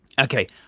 Okay